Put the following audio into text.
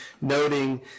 noting